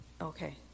Okay